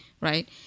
right